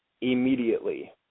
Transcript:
immediately